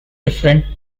different